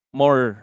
more